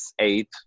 eight